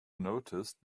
noticed